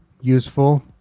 useful